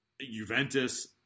Juventus